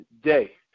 day